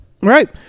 Right